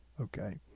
okay